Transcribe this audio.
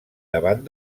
davant